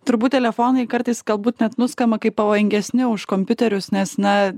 turbūt telefonai kartais galbūt net nuskamba kaip pavojingesni už kompiuterius nes na